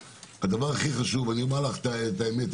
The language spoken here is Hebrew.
הדבר הכי חשוב אני אומר לך את האמת,